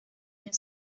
años